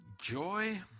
joy